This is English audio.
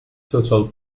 total